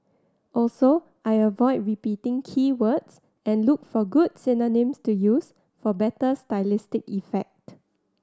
also I avoid repeating key words and look for good synonyms to use for better stylistic effect